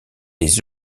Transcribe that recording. des